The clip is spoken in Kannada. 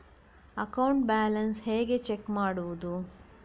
ಅಕೌಂಟ್ ಬ್ಯಾಲೆನ್ಸ್ ಹೇಗೆ ಚೆಕ್ ಮಾಡುವುದು?